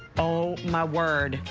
oh, my word,